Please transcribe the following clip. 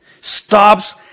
stops